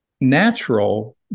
natural